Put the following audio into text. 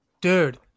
Dude